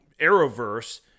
Arrowverse